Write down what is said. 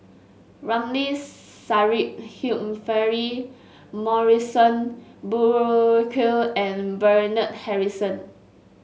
Ramli Sarip Humphrey Morrison Burkill and Bernard Harrison